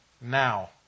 now